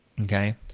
okay